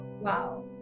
Wow